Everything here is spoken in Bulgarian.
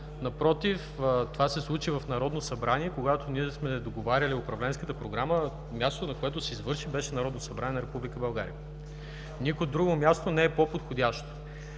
Напротив, това се случи в Народното събрание, когато ние сме договаряли Управленската програма, мястото, на което се извърши, беше Народното събрание на Република България. Никое друго място не е по-подходящо,